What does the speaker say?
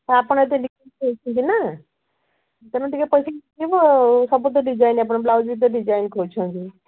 ଆପଣ ଏତେ ଜିନିଷ ଦେଇଛନ୍ତି ନା ତେଣୁ ଟିକେ ପଇସା କିଛି ଯିବ ଆଉ ସବୁ ତ ଡିଜାଇନ୍ ଆପଣ ବ୍ଲାଉଜ୍ ବି ତ ଡିଜାଇନ୍ ଖୋଜୁଛନ୍ତି